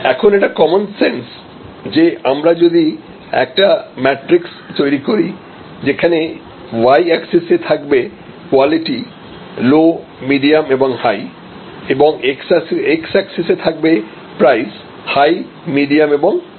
এখন এটা common sense যে আমরা যদি একটা ম্যাট্রিক্স তৈরি করি যেখানে Y অ্যাক্সিস এ থাকবে কোয়ালিটি লো মিডিয়াম এবং হাই এবং X অ্যাক্সিস এ থাকবে প্রাইস হাই মিডিয়াম এবং লো